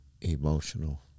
Emotional